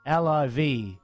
liv